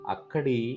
Akadi